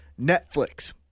Netflix